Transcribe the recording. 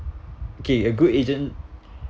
okay a good agent